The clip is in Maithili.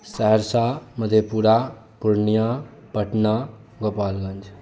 सहरसा मधेपुरा पुर्णियाँ पटना गोपालगञ्ज